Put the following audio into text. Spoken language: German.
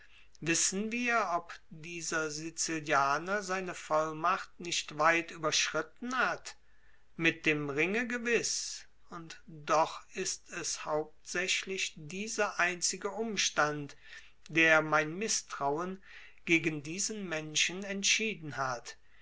wissen wir ob dieser sizilianer seine vollmacht nicht weit überschritten hat mit dem ringe gewiß und doch ist es hauptsächlich dieser einzige umstand der mein mißtrauen gegen diesen menschen entschieden hat